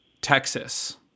texas